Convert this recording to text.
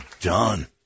done